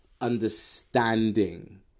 understanding